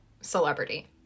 celebrity